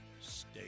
Stay